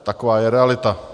Taková je realita.